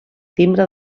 timbre